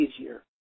easier